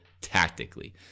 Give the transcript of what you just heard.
tactically